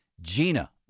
Gina